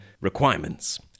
requirements